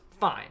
fine